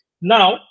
now